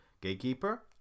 Gatekeeper